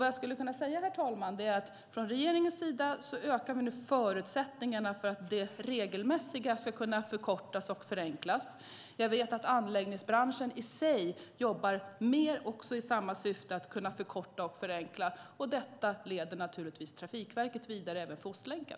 Det jag skulle kunna säga är att vi från regeringens sida nu ökar förutsättningarna för att det regelmässiga ska kunna förkortas och förenklas. Jag vet att anläggningsbranschen i sig jobbar mer i samma syfte att kunna förkorta och förenkla. Detta leder Trafikverket vidare även för Ostlänken.